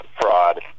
fraud